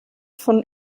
von